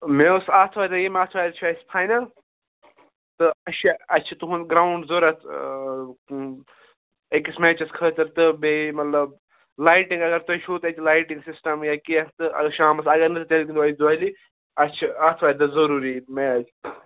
مےٚ اوس آتھوارِ دۄہ ییٚمہِ آتھوارِ چھُ اَسہِ فاینَل تہٕ اَسہِ چھِ اَسہِ چھِ تُہُنٛد گرٛاوُنٛڈ ضروٗرت أکِس میچَس خٲطرٕ تہٕ بیٚیہِ مطلب لایٹِنٛگ اگر تۄہہِ چھُو تَتہِ لایٹِنٛگ سِسٹَم یا کیٚنٛہہ تہٕ اگر شامَس اگر نہٕ تیٚلہِ دۅہلہِ دۅہلہِ اَسہِ چھُ آتھوارِ دۄہ ضروٗری میچ